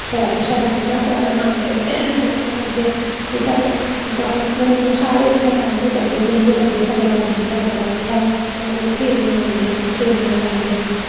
सैर सैर यात्रा करन औंदे यात्रा करदे इत्थै फिर दान पुन्न सारे इत्थै दान बी करदे पुन्न बी करदे इत्थै बड़ै दा बूहटा बड़ै इत्थै लोग फेरियां लांदे फेरियां लांदे